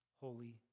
holy